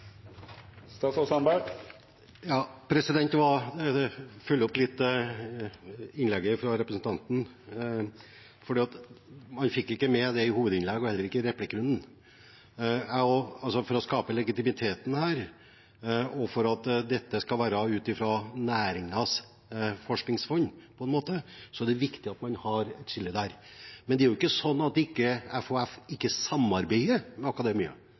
følge opp innlegget fra representanten – jeg fikk det ikke med i hovedinnlegget, og heller ikke i replikkrunden: For å skape legitimitet og for at dette på en måte skal være ut fra næringens forskningsfond, er det viktig at man har et skille her. Men det er ikke slik at FHF ikke samarbeider med